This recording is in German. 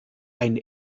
ein